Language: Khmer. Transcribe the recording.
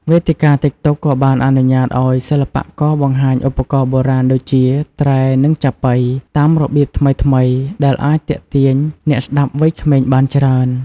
វេទិកា តិកតុក ក៏បានអនុញ្ញាតឲ្យសិល្បករបង្ហាញឧបករណ៍បុរាណដូចជា ត្រែ និងចាប៉ី តាមរបៀបថ្មីៗ ដែលអាចទាក់ទាញអ្នកស្តាប់វ័យក្មេងបានច្រើន។